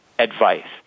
advice